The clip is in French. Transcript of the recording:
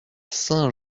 saint